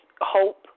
Hope